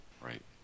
Right